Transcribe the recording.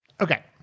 Okay